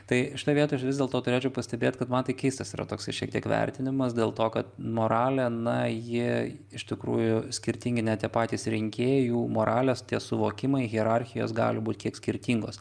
tai šitoj vietoj aš vis dėlto turėčiau pastebėt kad man tai keistas yra toksai šiek tiek vertinimas dėl to kad moralė na jie iš tikrųjų skirtingi net patys rinkėjai jų moralės tie suvokimai hierarchijos gali būti kiek skirtingos